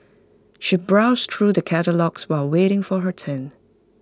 she browsed through the catalogues while waiting for her turn